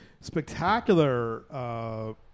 spectacular